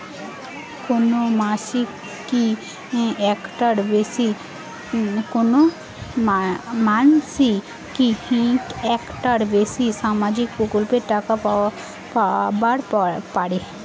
কোনো মানসি কি একটার বেশি সামাজিক প্রকল্পের টাকা পাবার পারে?